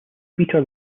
peter